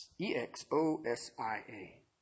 E-X-O-S-I-A